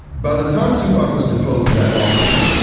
by the time tupac was deposed in that lawsuit,